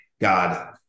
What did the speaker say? God